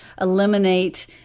eliminate